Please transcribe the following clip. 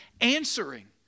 answering